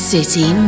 City